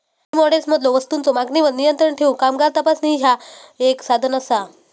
काही मॉडेल्समधलो वस्तूंच्यो मागणीवर नियंत्रण ठेवूक कामगार तपासणी ह्या एक साधन असा